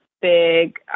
big